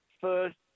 first